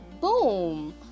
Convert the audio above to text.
boom